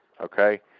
okay